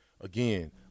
Again